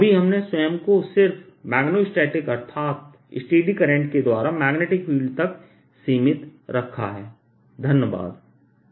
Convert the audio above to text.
अभी हमने स्वयं को सिर्फ मैग्नेटोस्टेटिक अर्थात स्टेडी करंटके द्वारा मैग्नेटिक फील्ड तक सीमित रखा है